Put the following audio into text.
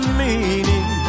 meaning